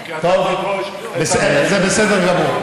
כי אתה, זה בסדר גמור.